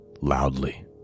loudly